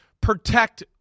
protect